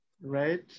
right